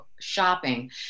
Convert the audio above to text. shopping